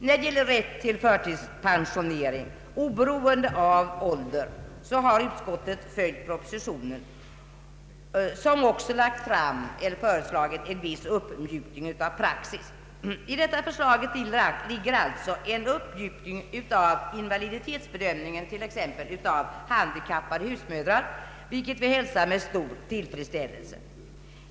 När det gäller rätt till förtidspensionering, oberoende av ålder, har utskottet följt departementschefen som också har föreslagit en viss uppmjukning av praxis. I detta förslag ligger alltså en uppmjukning av invaliditetsbedömningen av handikappade husmödrar, vilket vi hälsar med stor tillfredsställelse.